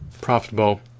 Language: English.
profitable